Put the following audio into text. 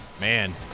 Man